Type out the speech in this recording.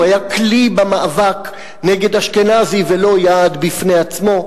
הוא היה כלי במאבק נגד אשכנזי ולא יעד בפני עצמו.